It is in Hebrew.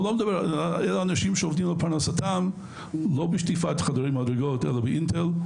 אלה אנשים שעובדים לפרנסתם לא בשטיפת חדרי מדרגות אלא באינטל או